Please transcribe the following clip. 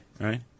right